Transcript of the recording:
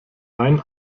ein